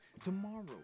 tomorrow